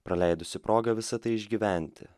praleidusi progą visa tai išgyventi